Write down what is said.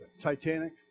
Titanic